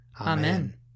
Amen